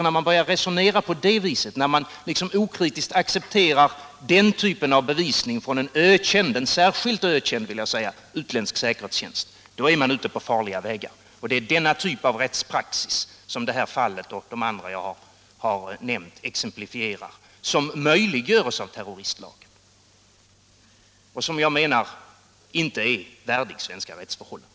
När man börjar resonera på det sättet och okritiskt accepterar en bevisning från en ökänd — jag vill säga en särskilt ökänd — utländsk säkerhetstjänst, tycker jag att man är ute på farliga vägar. Det är den typ av rättspraxis som exemplifieras av detta och andra av mig nämnda fall som möjliggörs av terroristlagen och som jag menar inte är värdig svenska rättsförhållanden.